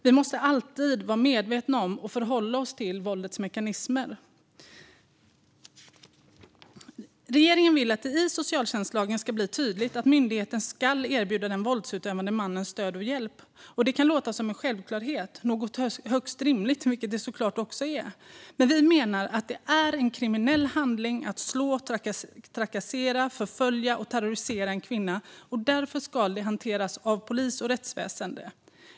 Vi måste alltid vara medvetna om och förhålla oss till våldets mekanismer. Regeringen vill att det i socialtjänstlagen ska bli tydligt att myndigheten ska erbjuda den våldsutövande mannen stöd och hjälp. Det kan låta som en självklarhet, något högst rimligt, vilket det såklart också är. Men vi menar att det är en kriminell handling när man slår, trakasserar, förföljer och terroriserar en kvinna. Därför ska det hanteras av polis och rättsväsen.